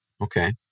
Okay